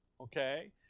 Okay